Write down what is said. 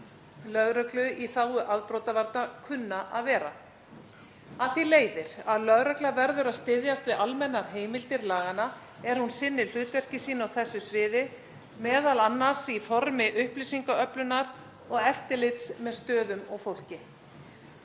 lögreglu í þágu afbrotavarna kunna að vera. Af því leiðir að lögregla verður að styðjast við almennar heimildir laganna er hún sinnir hlutverki sínu á þessu sviði, m.a. í formi upplýsingaöflunar og eftirlits með stöðum og fólki.